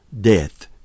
death